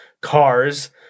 Cars